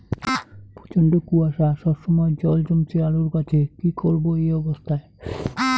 প্রচন্ড কুয়াশা সবসময় জল জমছে আলুর গাছে কি করব এই অবস্থায়?